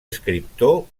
escriptor